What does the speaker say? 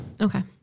Okay